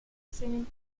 same